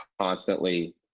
constantly